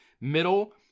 Middle